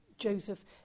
Joseph